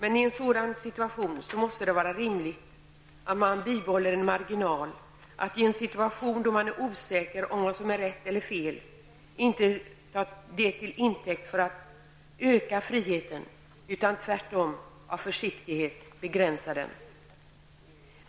I en sådan situation måste det vara rimligt att man bibehåller en marginal, att man i en situation då man är osäker om vad som är rätt eller fel inte tar det till intäkt för att öka friheten, utan tvärtom av försiktighet begränsar den.